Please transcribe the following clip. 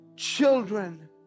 Children